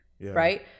right